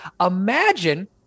Imagine